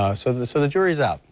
ah so the so the jury is out.